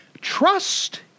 trust